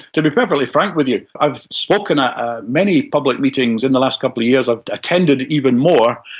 to be perfectly frank with you, i've spoken at many public meetings in the last couple of years, i've attended even more,